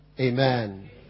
Amen